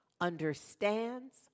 understands